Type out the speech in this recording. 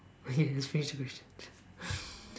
okay let's finish the questions